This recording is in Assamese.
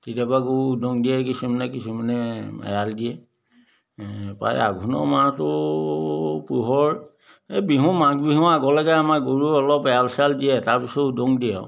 কেতিয়াবা গৰু উদং দিয়ে কিছুমানে কিছুমানে এৰাল দিয়ে ও পায় আঘোণৰ মাহটো পুহৰ এই বিহু মাঘ বিহু আগলৈকে আমাৰ গৰু অলপ এৰাল চেৰাল দিয়ে তাৰপিছত উদং দিয়ে আৰু